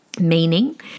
meaning